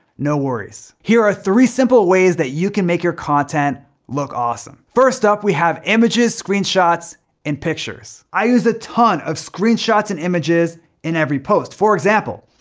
no worries. here are three simple ways that you can make your content look awesome. first up, we have images, screenshots and pictures. i use a ton of screenshots and images in every post. for example,